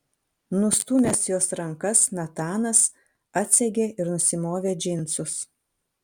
nustūmęs jos rankas natanas atsegė ir nusimovė džinsus